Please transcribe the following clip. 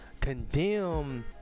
condemn